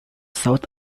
south